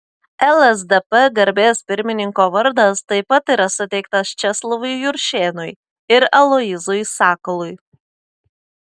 lsdp garbės pirmininko vardas taip pat yra suteiktas česlovui juršėnui ir aloyzui sakalui